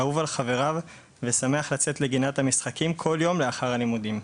אהוב על חבריו ושמח לצאת לגינת המשחקים כל יום לאחר הלימודים.